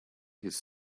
his